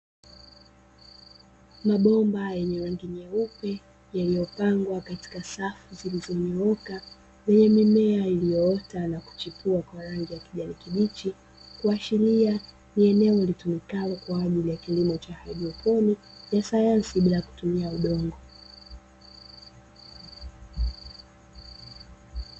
Mabomba yenye rangi nyeupe yaliyopangwa katika safu zilizonyooka yenye mimea iliyoota na kuchipua kwa rangi ya kijani kibichi, kuashiria ni eneo litumikalo kwaajili ya kilimo cha haidroponi ya sayansi bila kutumia udongo